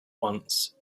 once